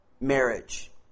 marriage